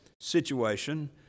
situation